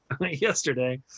yesterday